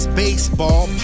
baseball